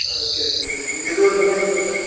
اَدٕ کیٛاہ ٹھیٖک حظ چھُ ییٖزیٚو حظ دُکانس پٮ۪ٹھ